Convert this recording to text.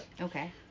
Okay